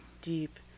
Deep